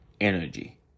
energy